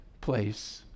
place